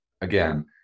again